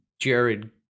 Jared